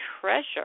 treasure